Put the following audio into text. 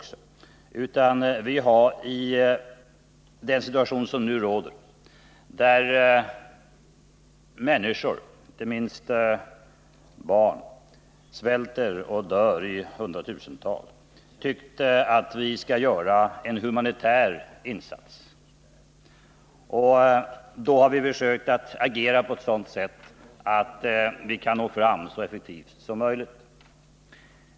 I den nuvarande situationen då människor, inte minst barn, svälter och dör i hundratusental har vi tyckt att vi skall göra en humanitär insats. Därvid har vi försökt att agera på ett sådant sätt att vi kan nå fram så effektivt som möjligt.